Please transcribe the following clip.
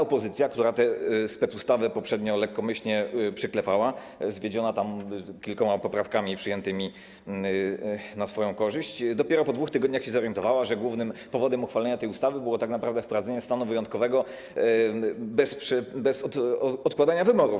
Opozycja, która te specustawę poprzednio lekkomyślnie przyklepała zwiedziona kilkoma poprawkami przyjętymi na swoją korzyść, dopiero po 2 tygodniach się zorientowała, że głównym powodem uchwalenia tej ustawy było tak naprawdę wprowadzenie stanu wyjątkowego bez odkładania wyborów.